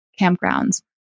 campgrounds